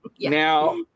now